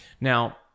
Now